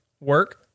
work